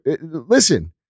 Listen